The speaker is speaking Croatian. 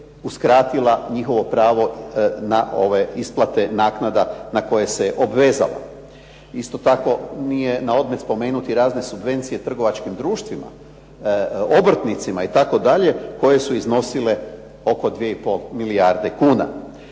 uskratila njihovo pravo na ove isplate naknade na koje se obvezala. Isto tako nije naodmet spomenuti razne subvencije trgovačkim društvima, obrtnicima itd., koje su iznosile oko 2 i pol milijarde kuna.